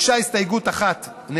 הוגשה הסתייגות אחת.